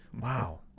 Wow